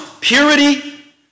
purity